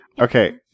Okay